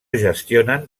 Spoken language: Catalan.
gestionen